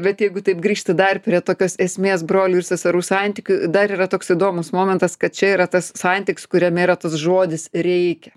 bet jeigu taip grįžti dar prie tokios esmės brolių ir seserų santykių dar yra toks įdomus momentas kad čia yra tas santykis kuriame yra tas žodis reikia